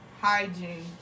hygiene